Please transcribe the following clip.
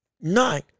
nine